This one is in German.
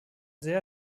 sehr